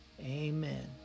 amen